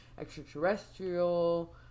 extraterrestrial